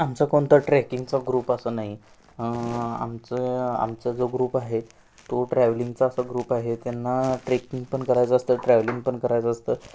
आमचा कोणता ट्रेकिंगचा ग्रुप असं नाही आमचं आमचा जो ग्रुप आहे तो ट्रॅवलिंगचा असा ग्रुप आहे त्यांना ट्रेकिंग पण करायचं असतं ट्रॅव्हलिंग पण करायचं असतं